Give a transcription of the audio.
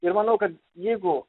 ir manau kad jeigu